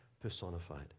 personified